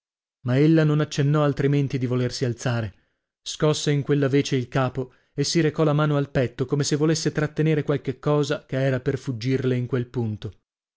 ma ella non accennò altrimenti di volersi alzare scosse in quella vece il capo e si recò la mano al petto come se volesse trattenere qualche cosa che era per fuggirle in quel punto